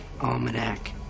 Almanac